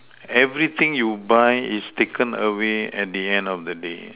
everything you buy is taken away at the end of the day